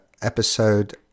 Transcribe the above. episode